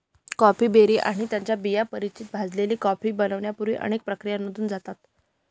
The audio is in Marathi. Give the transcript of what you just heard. कॉफी बेरी आणि त्यांच्या बिया परिचित भाजलेली कॉफी बनण्यापूर्वी अनेक प्रक्रियांमधून जातात